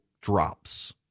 drops